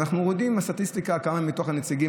ואנחנו יודעים מהסטטיסטיקה לכמה מתוך הנציגים